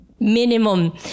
minimum